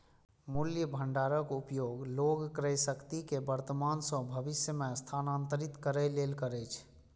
मूल्य भंडारक उपयोग लोग क्रयशक्ति कें वर्तमान सं भविष्य मे स्थानांतरित करै लेल करै छै